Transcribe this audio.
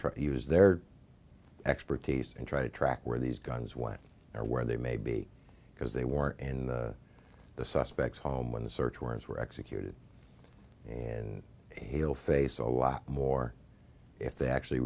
to use their expertise and try to track where these guns when or where they may be because they were and the suspects home when the search warrants were executed and he'll face a lot more if they actually